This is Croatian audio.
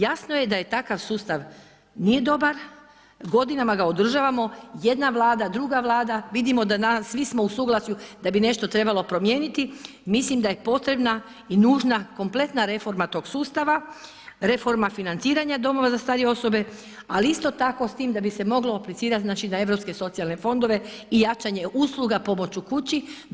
Jasno je da je takav sustav nije dobar, godinama ga održavamo, jedna Vlada, druga Vlada, vidimo da svi smo u suglasju da bi nešto trebalo promijeniti i mislim da je potrebna i nužna kompletna reforma tog sustava, reforma financiranja domova za starije osobe, ali isto tako s tim da bi se moglo aplicirati na europske socijalne fondove i jačanje usluga pomoć u kući.